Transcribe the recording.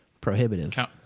prohibitive